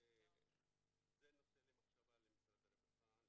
זה נושא למחשבה למשרד הרווחה,